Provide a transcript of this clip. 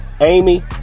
Amy